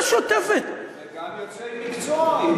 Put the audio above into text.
הוא מסתכן, וגם יוצא עם מקצוע.